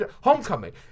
Homecoming